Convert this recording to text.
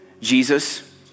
Jesus